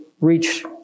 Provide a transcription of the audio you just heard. reach